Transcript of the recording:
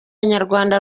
nyarwanda